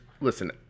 Listen